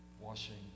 washing